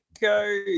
go